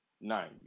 Nine